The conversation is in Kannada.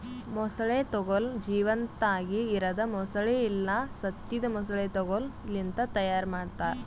ಮೊಸಳೆ ತೊಗೋಲ್ ಜೀವಂತಾಗಿ ಇರದ್ ಮೊಸಳೆ ಇಲ್ಲಾ ಸತ್ತಿದ್ ಮೊಸಳೆ ತೊಗೋಲ್ ಲಿಂತ್ ತೈಯಾರ್ ಮಾಡ್ತಾರ